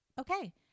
Okay